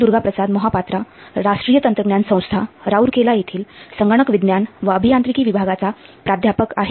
दुर्गाप्रसाद मोहापात्रा राष्ट्रीय तंत्रज्ञान संस्था राऊरकेला येथील संगणक विज्ञान व अभियांत्रिकी विभागाचा प्राध्यापक आहे